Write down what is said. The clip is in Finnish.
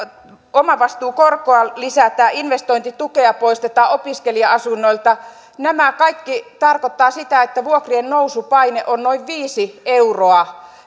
omavastuukorkoa lisätään investointitukea poistetaan opiskelija asunnoilta nämä kaikki tarkoittavat sitä että vuokrien nousupaine on noin viisi euroa